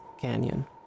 canyon